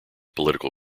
political